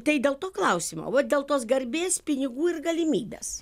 tai dėl to klausimo vat dėl tos garbės pinigų ir galimybės